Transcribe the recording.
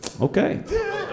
Okay